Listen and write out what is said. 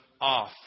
off